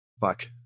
Fuck